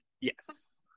yes